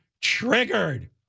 triggered